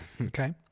Okay